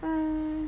mm